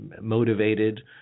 motivated